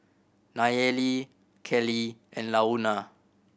Nayeli Kellee and Launa